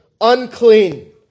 unclean